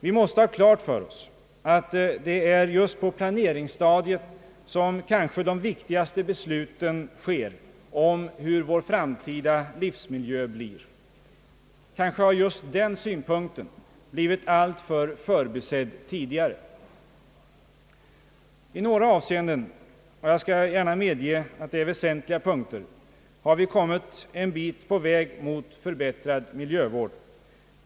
Vi måste ha klart för oss att det är just på planeringsstadiet, som de kanske viktigaste besluten fattas om hur vår framtida livsmiljö skall bli. Måhända har just den synpunkten tidigare i alltför hög grad förbisetts. I några avseenden — jag skall gärna medge att det är på väsentliga punkter — har vi kommit en bit på väg mot en förbättrad miljövård.